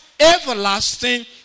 everlasting